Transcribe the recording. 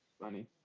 Funny